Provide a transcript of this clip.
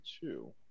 two